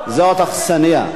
זאת האכסניה.